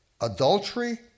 adultery